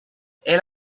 elle